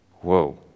Whoa